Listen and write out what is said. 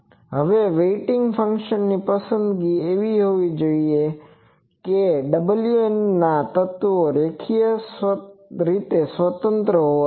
હવે વેઇટિંગ ફંક્શનની પસંદગી એવી હોવી જોઈએ કે wnનાં તત્વો રેખીય રીતે સ્વતંત્ર હોવા જોઈએ